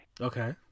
Okay